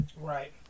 Right